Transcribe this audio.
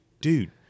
Dude